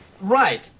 Right